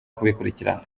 kubikurikirana